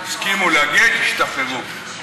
תסכימו לגט, תשתחררו.